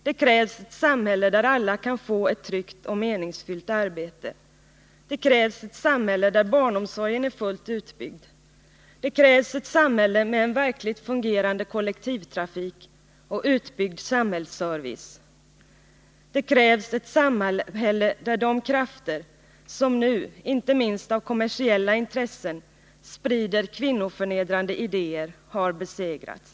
Det krävs ett samhälle där alla kan få ett tryggt och meningsfyllt arbete. Det krävs ett samhälle där barnomsorgen är fullt utbyggd. Det krävs ett samhälle med en verkligt fungerande kollektivtrafik och utbyggd samhällsservice. Det krävs ett samhälle där de krafter, som nu — inte minst av kommersiella intressen —' sprider kvinnoförnedrande idéer, har besegrats.